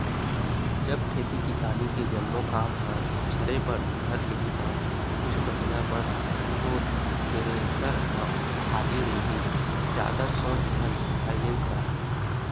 जब खेती किसानी के जम्मो काम ह झरे बर धर लिही ता कुछ महिना बस तोर थेरेसर ह खाली रइही जादा सोच झन फायनेंस करा ले